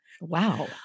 Wow